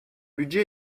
budget